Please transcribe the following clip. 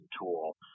tool